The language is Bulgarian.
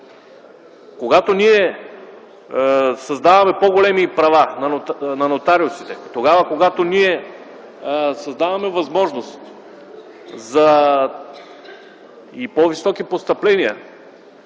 когато ние даваме по-големи права на нотариусите, когато създаваме възможност за по-високи постъпления,